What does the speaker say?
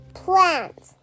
plants